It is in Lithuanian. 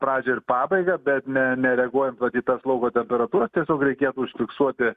pradžią ir pabaigą bet ne nereaguojant vat į tas lauko temperatūras tiesiog reikėtų užfiksuoti